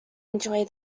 enjoy